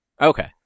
Okay